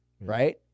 right